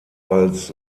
als